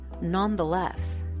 nonetheless